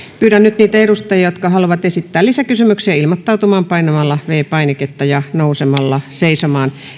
pyydän nyt niitä edustajia jotka haluavat esittää lisäkysymyksiä ilmoittautumaan painamalla viides painiketta ja nousemalla seisomaan